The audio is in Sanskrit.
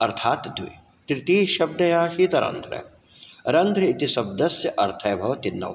अर्थात् द्वि तृतीय् शब्दयासीत् तरान्तर रन्त्र् इति शब्दस्य अर्थः भवति नव